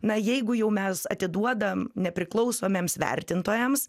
na jeigu jau mes atiduodam nepriklausomiems vertintojams